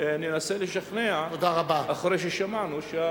ננסה לשכנע, אחרי ששמענו.